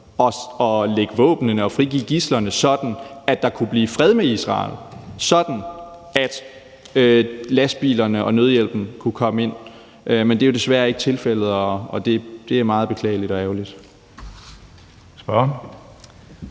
at lægge våbnene og frigiver gidslerne, sådan at der kunne blive fred med Israel, sådan at lastbilerne og nødhjælpen kunne komme ind. Men det er jo desværre ikke tilfældet, og det er meget beklageligt og ærgerligt.